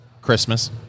Christmas